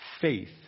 faith